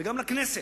וגם לכנסת.